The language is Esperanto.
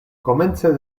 komence